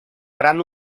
gran